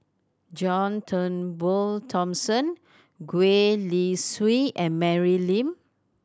John Turnbull Thomson Gwee Li Sui and Mary Lim